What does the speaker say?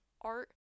art